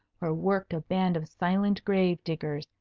where worked a band of silent grave-diggers,